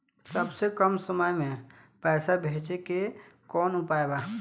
सबसे कम समय मे पैसा भेजे के कौन उपाय बा?